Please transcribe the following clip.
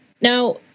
Now